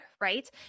right